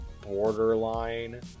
borderline